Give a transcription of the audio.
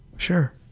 sure.